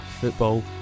Football